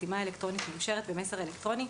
"חתימה אלקטרונית מאושרת" ו"מסר אלקטרוני"",